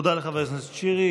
תודה לחבר הכנסת שירי.